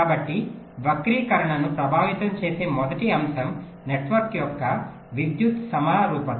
కాబట్టి వక్రీకరణను ప్రభావితం చేసే మొదటి అంశం నెట్వర్క్ యొక్క విద్యుత్ సమరూపత